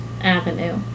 avenue